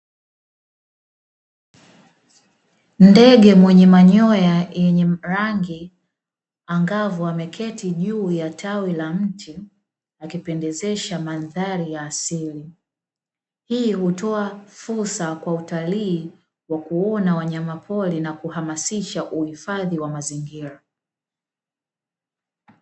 Ndege mwenye manyoya yenye rangi angavu ameketi juu ya tawi la mti akipendezesha mandhari ya asili. Hii hutoa fursa kwa utalii wa kuona wanyama pori na kuhamasisha uhifadhi wa mazingira.